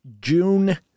june